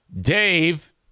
Dave